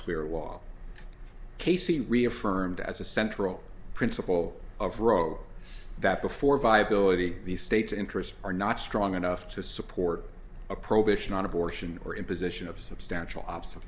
clear law casey reaffirmed as a central principle of roe that before viability the state's interests are not strong enough to support a prohibition on abortion or imposition of substantial o